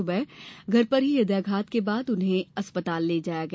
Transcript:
सुबह घर पर ही हृदयाघात के बाद उन्हें अस्पताल ले जाया गया